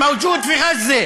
נמצא בירושלים,